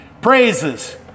praises